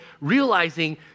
realizing